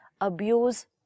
Abuse